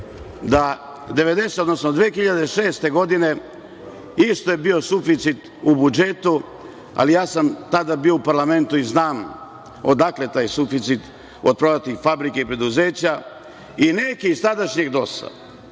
da je 2006. godine isto bio suficit u budžetu, ali ja sam tada bio u parlamentu i znam odakle taj suficit - od prodatih fabrika i preduzeća. Neki iz tadašnjeg DOS-a